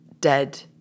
dead